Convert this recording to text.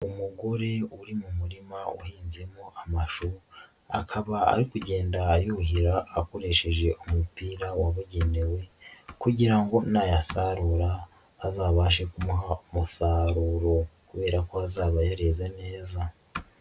Umugore uri mu murima uhinzemo amashu, akaba ari kugenda ayuhira akoresheje umupira wabugenewe kugira ngo nayasarura azabashe kumuha umusaruro kubera ko azaba yareze neza.